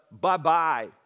bye-bye